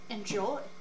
Enjoy